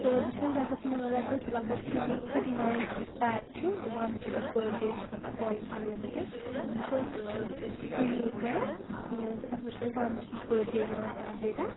تہٕ بہٕ چھَس رٮ۪تَس مہٕ رٮ۪تَس لگ بگ ٹوٗ تھٔٹی نایِن یُس پیک چھُ وَن جی بی پٔر ڈے چھِ تَتھ کالِنٛگ اَنلِمِٹٕڈ بہٕ چھَس أسۍ چھِ سُہ یوٗز کَران تہٕ تَتھ منٛز چھُ اَسہِ وَن جی بی پٔر ڈے یِوان ڈیٹا